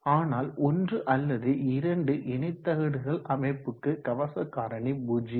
ஆனால் ஒன்று அல்லது இரண்டு இணைத்தகடுகள் அமைப்புக்கு கவசகாரணி 0